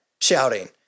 shouting